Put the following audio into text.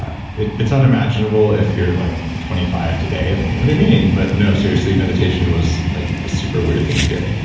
it's unimaginable if you're like twenty five today, what do you mean? but no, seriously, meditation was like a super weird thing to do,